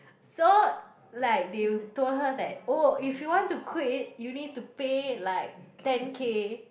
so like they told her that orh if you want to quit you need to pay like ten K